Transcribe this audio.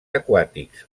aquàtics